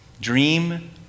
Dream